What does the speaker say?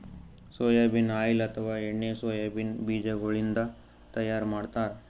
soybean oil ಅಥವಾ ಎಣ್ಣಿ soybean ಬಿಜಾಗೋಳಿನ್ದ ತೈಯಾರ್ ಮಾಡ್ತಾರ್